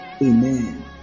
Amen